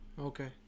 Okay